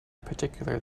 particular